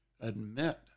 admit